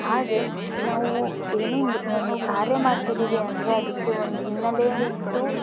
ಹಾಗೇ ನಾವು ಏನೇನು ಒಂದು ಕಾರ್ಯ ಮಾಡ್ತಿದ್ದೀವಿ ಅಂದರೂ ಅದಕ್ಕೆ ಒಂದು ಹಿನ್ನಲೆ ಇದ್ದು